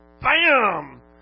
bam